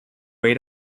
way